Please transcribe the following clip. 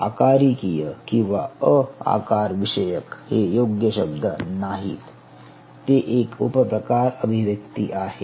आकारिकीय किंवा अ आकारविषयक हे योग्य शब्द नाहीत ते एक उपप्रकार अभिव्यक्ति आहे